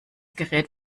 gerät